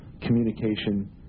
communication